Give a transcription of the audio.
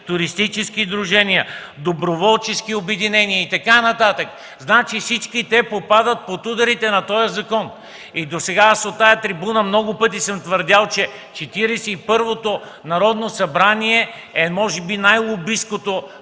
туристически сдружения, доброволчески обединения и така нататък. Всички те попадат под ударите на този закон. И досега аз от тази трибуна много пъти съм твърдял, че Четиридесет и първото Народно събрание е може би най-лобисткото